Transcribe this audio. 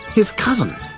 his cousin!